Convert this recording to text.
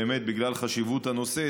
בגלל חשיבות הנושא,